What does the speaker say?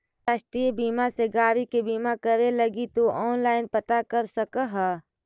राष्ट्रीय बीमा से गाड़ी के बीमा करे लगी तु ऑनलाइन पता कर सकऽ ह